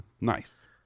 Nice